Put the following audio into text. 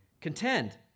Contend